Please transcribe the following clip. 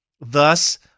Thus